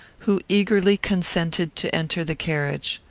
who eagerly consented to enter the carriage.